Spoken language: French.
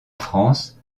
france